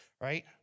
right